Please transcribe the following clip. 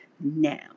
now